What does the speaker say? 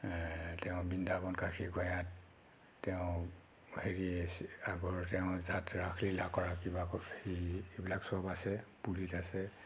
তেওঁ বৃন্দাবন কাশী গয়াত তেওঁ হেৰি আগৰ তেওঁৰ য'ত ৰাসলীলা কৰা কিবা হেৰি এইবিলাক সব আছে পুৰীত আছে